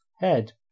head